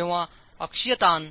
जेव्हा अक्षीय तान